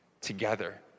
together